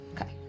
Okay